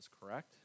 correct